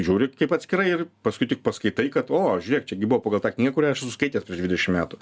žiūri kaip atskirai ir paskui tik paskaitai kad o žiūrėk čia gi buvo pagal tą knygą kurią esu skaitęs prieš dvidešim metų